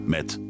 Met